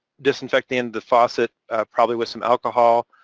disinfect the end of the faucet probably with some alcohol,